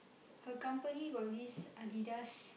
her company got this Adidas